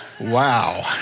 Wow